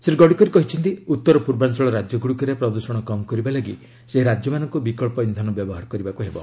ଶ୍ରୀ ଗଡ଼କରୀ କହିଛନ୍ତି ଉତ୍ତର ପୂର୍ବାଞ୍ଚଳ ରାଜ୍ୟଗୁଡ଼ିକରେ ପ୍ରଦୃଷଣ କମ୍ କରିବାଲାଗି ସେହି ରାଜ୍ୟମାନଙ୍କୁ ବିକ୍ସ ଇନ୍ଧନ ବ୍ୟବହାର କରିବାକୁ ପଡ଼ିବ